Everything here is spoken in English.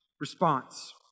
response